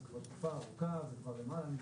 תקופה ארוכה, זה כבר למעלה משנה,